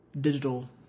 digital